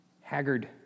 haggard